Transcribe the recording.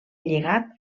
lligat